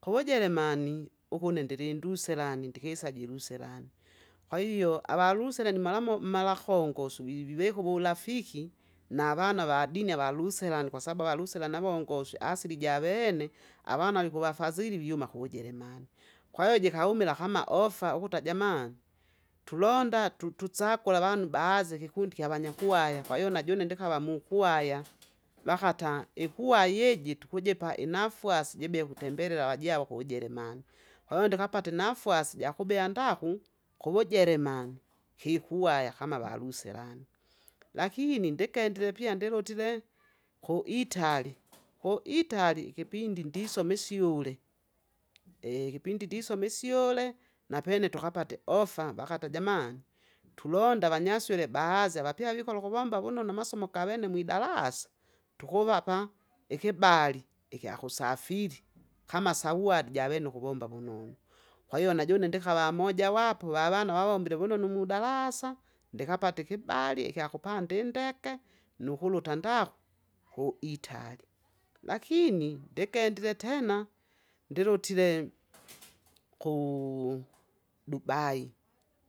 Hujeremani, uhune ndili nduselani ndihesa jiluselani, kwa hiyo, ava luselani malomo malahongoswi viveki wurafiki, na vana va dini ya valuselani kwa sabu avaluselani avongosi asili ja vene, avana ligo vafazili viuma kujeremani, kwa hiyo jikahumila kama ofa uhuta jamani, tulonda, tudzagula vanu baazi fikundi fya vanya kuwa ya, kwaiyo na june ndikava mukuwaya, vahata ikuwayeji tukuje pa inafasi jibe hutembelela avaja hujeremani. Kwo ndikapati nafasi ja kubeya ndakhu, kuwujeremani hikuwaya kama valuselani, lakini ndigendile pia ndilotile, huitali, huitali, kipindi ndisomi shule, kipindi nisomi shule, na pene tukapati ofa nokata jamani, tulonda vanya swele baazi avapeya vikolo kuvamba wono na masomo ga vene mwidalasa, tuhuvapa ikibali, ikyakusafili, kama sawadi ja vene kuvomba wunow, kwaiyo na june ndikava mojawapo ya vanu aombi wunon mudalasa, ndikapati kibali kya kupandi ndege, nu huluta ndahu, huitali. Lakini, ndigendire tena, ndilutile, ku dubai,